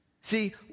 See